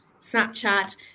Snapchat